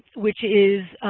which is